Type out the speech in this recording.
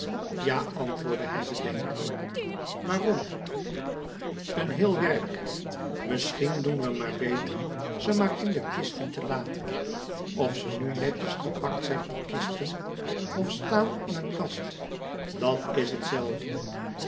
ja antwoordde hij bedenkelijk waarom een heel werk misschien doen we maar beter ze maar in de kisten te laten of ze nu netjes gepakt zijn in kisten of staan in een kast dat is